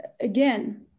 again